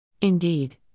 Indeed